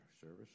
service